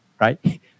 right